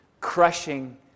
crushing